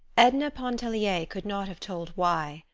edna pontellier could not have told why,